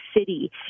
city